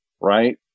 right